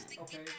Okay